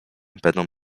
będą